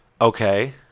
Okay